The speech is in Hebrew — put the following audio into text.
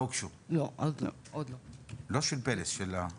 לא של "פלס" בכללי.